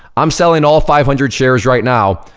i'm selling all five hundred shares right now,